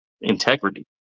integrity